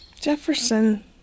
Jefferson